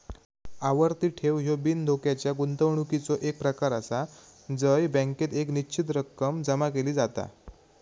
आवर्ती ठेव ह्यो बिनधोक्याच्या गुंतवणुकीचो एक प्रकार आसा जय बँकेत एक निश्चित रक्कम जमा केली जाता